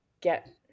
get